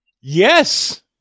Yes